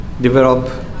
develop